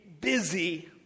busy